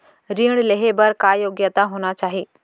ऋण लेहे बर का योग्यता होना चाही?